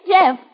Jeff